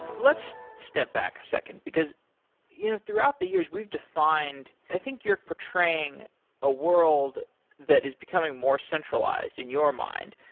let's step back a second, because you know throughout the years we've defined i think you're portraying a world that is becoming more centralized in your mind.